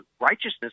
righteousness